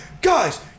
guys